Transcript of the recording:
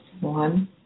one